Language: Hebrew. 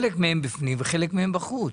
חלק מהם בפנים וחלק מהם בחוץ.